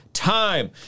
Time